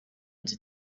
nzu